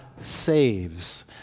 saves